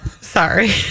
Sorry